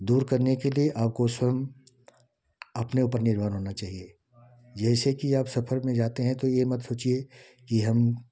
दूर करने के लिए आपको स्वयं अपने ऊपर निर्भर होना चैहिए जैसे कि आप सफर में जाते हैं तो ये मत सोचिए कि हम